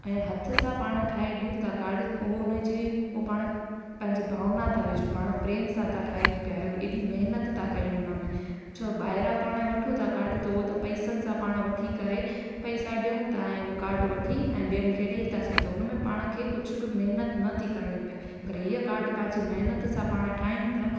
ऐं हथ सां पाण ठाहे ॾियूं था कार्ड उहो उन जी उहो पाण पंहिंजे भावना था विझूं पाण प्रेम सां त ठाहियूं पिया एॾी महिनत था कयूं उन में छो ॿाहिरां पाण वठूं था कार्ड त उहो त पैसनि सां पाण वठी करे पैसा ॾियऊं था ऐं उहो कार्ड वठी ऐं ॿियनि खे ॾेई था से त उन में पाण खे कुझु बि महिनत नथी करिणी पए पर ईअं कार्ड जी महिनत सां पाण ठाहियूं था